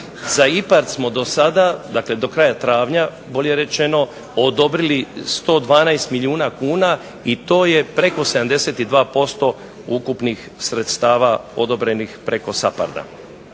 Za IPHARD smo do sada dakle do kraja travnja bolje rečeno odobrili 112 milijuna kuna i to je preko 72% ukupnih sredstava odobrenih preko SAPARD-a.